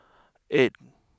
eight